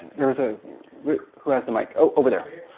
there was a who has the mic? over there.